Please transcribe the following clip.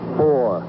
four